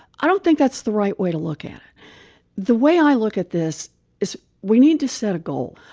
i don't think that's the right way to look at it the way i look at this is we need to set a goal.